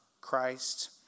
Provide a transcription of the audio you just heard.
Christ